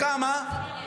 בכמה?